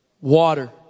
Water